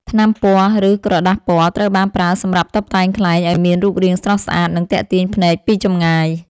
ថ្នាំពណ៌ ឬក្រដាសពណ៌ ត្រូវបានប្រើសម្រាប់តុបតែងខ្លែងឱ្យមានរូបរាងស្រស់ស្អាត និងទាក់ទាញភ្នែកពីចម្ងាយ។